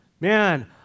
Man